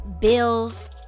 bills